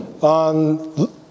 on